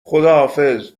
خداحافظ